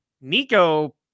Nico